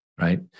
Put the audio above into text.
right